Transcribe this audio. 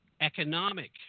economic